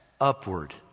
upward